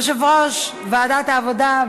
יושב-ראש ועדת העבודה,